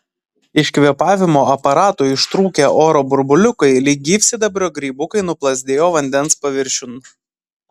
iš kvėpavimo aparato ištrūkę oro burbuliukai lyg gyvsidabrio grybukai nuplazdėjo vandens paviršiun